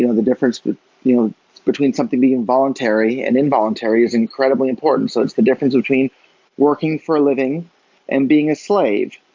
you know the difference but you know between something being voluntary and involuntary is incredibly important. so it's the difference between working for a living and being a slave.